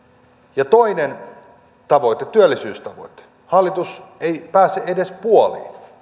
ja toinen tavoite työllisyystavoite hallitus ei pääse edes puoleen